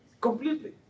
Completely